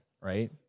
Right